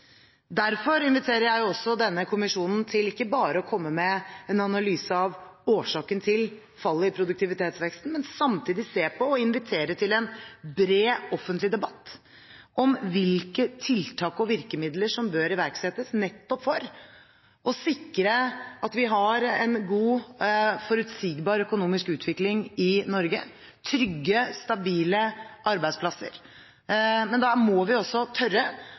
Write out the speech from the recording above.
Derfor inviterer jeg også denne kommisjonen til ikke bare å komme med en analyse av årsakene til fallet i produktivitetsveksten, men samtidig til å se på og invitere til en bred offentlig debatt om hvilke tiltak og virkemidler som bør iverksettes, nettopp for å sikre at vi har en god, forutsigbar økonomisk utvikling i Norge og trygge stabile arbeidsplasser. Men da må vi også tørre